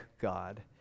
God